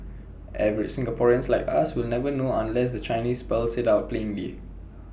average Singaporeans like us will never know unless the Chinese spells IT out plainly